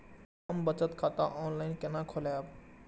हम बचत खाता ऑनलाइन केना खोलैब?